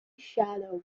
shadow